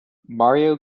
mario